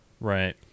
Right